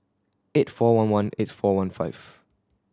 eight four one one eight four one five